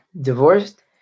divorced